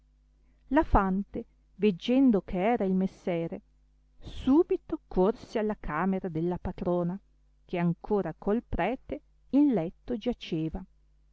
la fante veggendo che era il messere subito corse alla camera della patrona che ancora col prete in letto giaceva